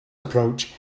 approach